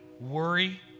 worry